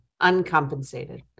uncompensated